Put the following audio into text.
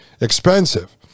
expensive